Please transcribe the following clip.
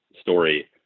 story